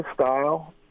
style